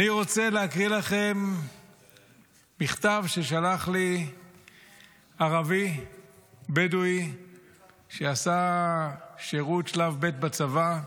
אני רוצה להקריא לכם מכתב ששלח לי ערבי בדואי שעשה שירות שלב ב' בצבא,